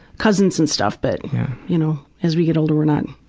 cousins and stuff, but you know as we get older we're not,